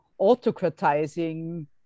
autocratizing